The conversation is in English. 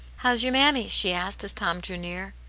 how's your mammie? she asked, as tom drew near,